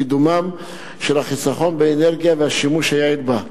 קידומם של החיסכון באנרגיה ואת השימוש היעיל בה.